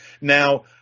Now